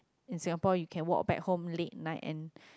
in Singapore you can walk back home late night and